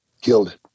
killed